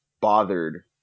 bothered